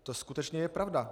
To skutečně je pravda.